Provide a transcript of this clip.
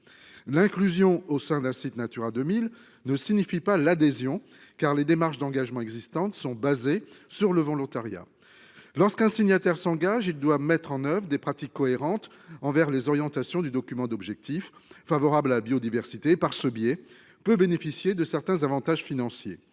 l'inclusion au sein d'un site Natura 2000 ne signifie pas l'adhésion car les démarches d'engagement existantes sont basés sur le volontariat. Lorsqu'un signataire s'engage, il doit mettre en oeuvre des pratiques cohérente envers les orientations du document d'objectifs favorable à la biodiversité par ce biais peut bénéficier de certains avantages financiers.